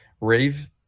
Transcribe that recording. rave